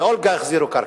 באולגה החזירו קרקע.